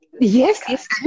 Yes